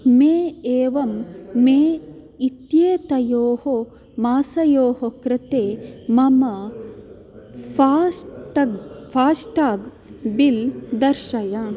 मे एवं मे इत्येतयोः मासयोः कृते मम फास्टग् फास्टाग् बिल् दर्शय